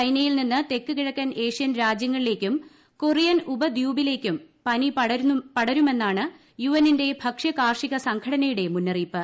ചൈനയിൽ നിന്ന് തെക്ക് കിഴക്കൻ ഏഷ്യൻ രാജ്യങ്ങളിലേക്കും കൊറിയൻ ഉപദ്വീപിലേക്കും പനി പടരുമെന്നാണ് പ്യൂഫ്എന്നിന്റെ ഭക്ഷ്യകാർഷിക സംഘടനയുടെ മുന്നറിയിപ്പ്